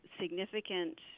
Significant